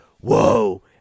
Whoa